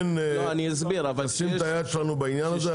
ונשים את היד שלנו בעניין הזה.